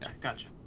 gotcha